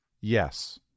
Yes